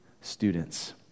students